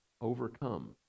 overcome